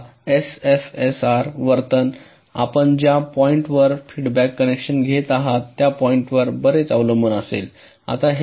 आता एलएफएसआरचे वर्तन आपण ज्या पॉईंट वर फीडबॅक कनेक्शन घेत आहात त्या पॉईंट वर बरेच अवलंबून असेल